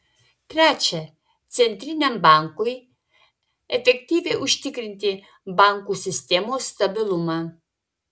trečia centriniam bankui efektyviai užtikrinti bankų sistemos stabilumą